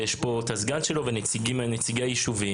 ויש פה את הסגן שלו ונציגי היישובים.